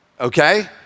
okay